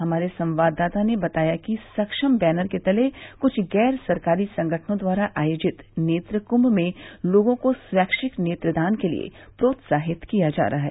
हमारे संवाददाता ने बताया कि सक्षम बैनर के तले कुछ गैर सरकारी संगठनों द्वारा आयोजित नेत्र कुंभ में लोगों को स्वैच्छिक नेत्रदान के लिए प्रोत्साहित किया जा रहा है